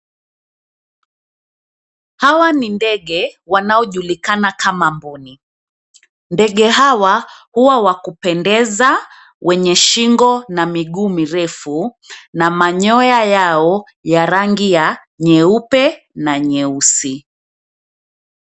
Hawa ni ndege wanajulikana kama mboni. Ndege hawa huwa wa kupendeza, wenye shingo na miguu mirefu na manyoa yao ya rangi ya nyeupe na nyeusi.